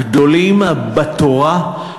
גדולים בתורה,